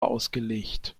ausgelegt